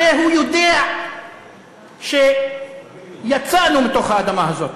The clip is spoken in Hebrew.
הרי הוא יודע שיצאנו מתוך האדמה הזאת.